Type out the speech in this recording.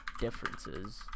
differences